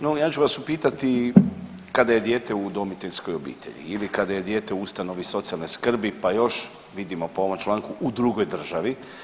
No, ja ću vas upitati kada je dijete u udomiteljskoj obitelji ili kada je dijete u ustanovi socijalne skrbi pa još vidimo po ovom članku u drugoj državi.